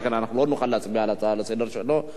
אנחנו לא נוכל להצביע על ההצעה שלו לסדר-היום.